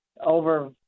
over